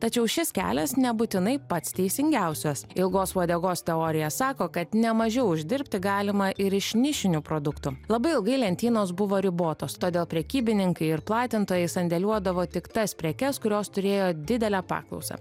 tačiau šis kelias nebūtinai pats teisingiausias ilgos uodegos teorija sako kad nemažiau uždirbti galima ir iš nišinių produktų labai ilgai lentynos buvo ribotos todėl prekybininkai ir platintojai sandėliuodavo tik tas prekes kurios turėjo didelę paklausą